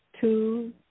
two